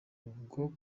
ubwo